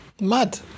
Mad